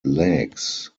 legs